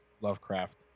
Lovecraft